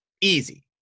easy